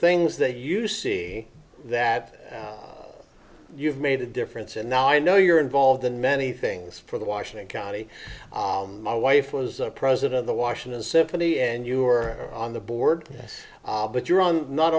things that you see that you've made a difference and now i know you're involved in many things for the washing county my wife was the president of the washington symphony and you were on the board yes but you're on not